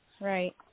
right